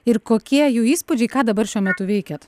ir kokie jų įspūdžiai ką dabar šiuo metu veikiat